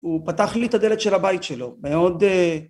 הוא פתח לי את הדלת של הבית שלו, מאוד...